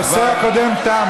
הנושא הקודם תם,